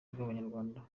rw’abanyarwanda